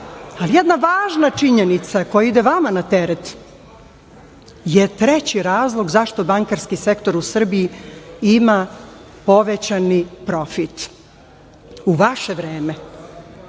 Ali jedna važna činjenica koja ide vama na teret je treći razlog zašto bankarski sektor u Srbiji ima povećani profit. U vaše vreme,